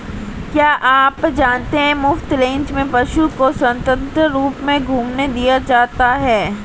क्या आप जानते है मुफ्त रेंज में पशु को स्वतंत्र रूप से घूमने दिया जाता है?